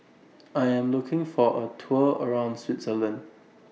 I Am looking For A Tour around Switzerland